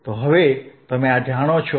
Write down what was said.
તો હવે તમે આ જાણો છો